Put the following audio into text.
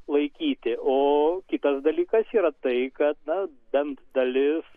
laikyti o kitas dalykas yra tai kad na bent dalis